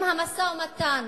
אם המשא-ומתן